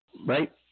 Right